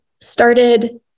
started